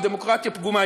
או דמוקרטיה פגומה.